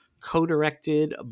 co-directed